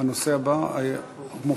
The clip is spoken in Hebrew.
התשע"ה 2014,